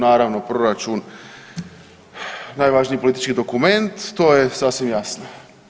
Naravno proračun, najvažniji politički dokument to je sasvim jasno.